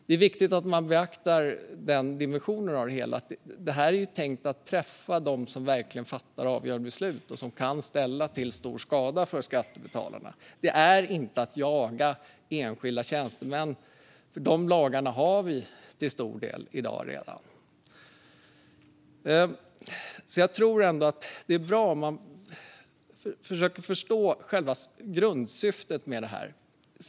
Det är viktigt att man beaktar den dimensionen av det hela. Detta är ju tänkt att träffa dem som verkligen fattar avgörande beslut och kan ställa till stor skada för skattebetalarna. Det är inte att jaga enskilda tjänstemän, för de lagarna finns till stor del redan. Jag tror att det är bra om man försöker förstå själva grundsyftet med detta.